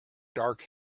dark